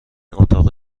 اتاق